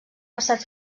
passat